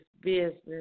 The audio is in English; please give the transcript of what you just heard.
business